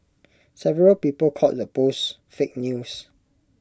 several people called the posts fake news